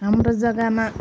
हाम्रो जग्गामा